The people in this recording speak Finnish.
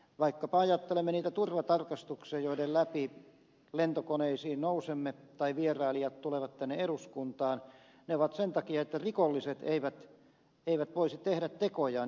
jos ajattelemme vaikkapa niitä turvatarkastuksia joiden läpi lentokoneisiin nousemme tai vierailijat tulevat tänne eduskuntaan niin ne ovat sen takia että rikolliset eivät voisi tehdä tekojaan